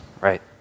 Right